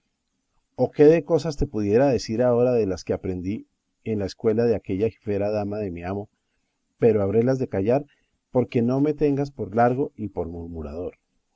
oh qué de cosas te pudiera decir ahora de las que aprendí en la escuela de aquella jifera dama de mi amo pero habrélas de callar porque no me tengas por largo y por